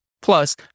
Plus